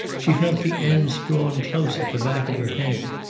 she felt the ends drawn close at the back of her head.